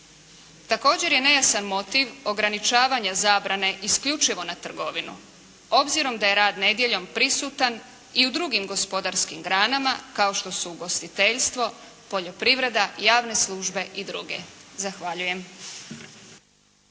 Također je nejasan motiv ograničavanja zabrane isključivo na trgovinu, obzirom da je rad nedjeljom prisutan i u drugim gospodarskim granama kao što su ugostiteljstvo, poljoprivreda, javne službe i druge. Zahvaljujem.